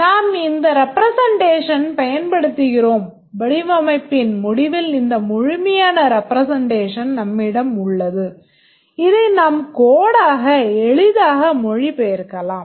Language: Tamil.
நாம் இந்த ரெப்ரெசென்ட்டேஷன் பயன்படுத்துகிறோம் வடிவமைப்பின் முடிவில் இந்த முழுமையான ரெப்ரெசென்ட்டேஷன் நம்மிடம் உள்ளது இதை நாம் code ஆக எளிதாக மொழிபெயர்க்கலாம்